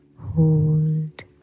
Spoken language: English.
hold